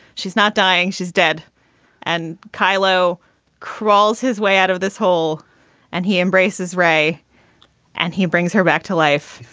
she's not dying. she's dead and kylo crawls his way out of this hole and he embraces ray and he brings her back to life.